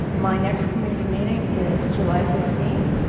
my next community meeting is july fifteen,